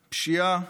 פשיעה,